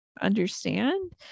understand